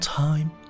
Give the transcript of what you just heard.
time